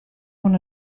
want